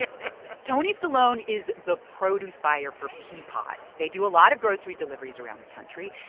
ah tony stallone is the produce buyer for peapod. they do a lot of grocery deliveries around the country.